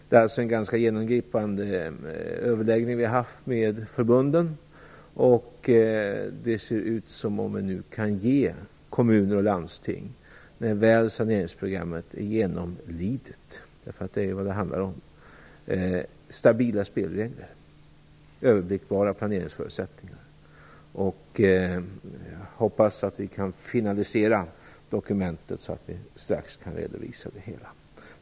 Vi har alltså haft en ganska genomgripande överläggning med förbunden, och det ser ut som om vi nu, när saneringsprogrammet väl är genomlidet - för det är ju vad det handlar om - kan ge kommuner och landsting stabila spelregler och överblickbara planeringsförutsättningar. Jag hoppas att vi kan finalisera dokumentet så att vi snart kan redovisa det hela.